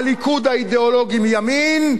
הליכוד האידיאולוגי מימין,